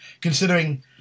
considering